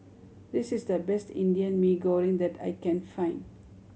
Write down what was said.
this is the best Indian Mee Goreng that I can find